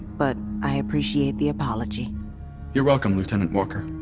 but i appreciate the apology you're welcome, lieutenant walker.